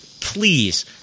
Please